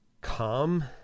calm